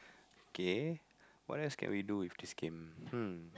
kay what else can we do with this game hmm